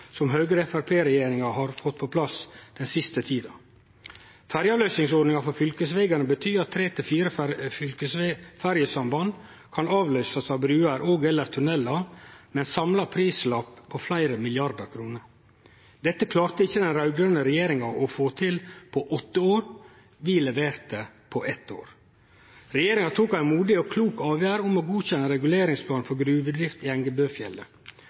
som Høgre–Framstegsparti-regjeringa har fått på plass den siste tida. Ferjeavløysingsordninga for fylkesvegane betyr at tre–fire fylkesferjesamband kan avløysast av bruer og/eller tunnelar, med ein samla prislapp på fleire milliardar kroner. Dette klarte ikkje den raud-grøne regjeringa å få til på åtte år. Vi leverte på eitt år. Regjeringa tok ei modig og klok avgjerd om å godkjenne reguleringsplanen for gruvedrift i Engebøfjellet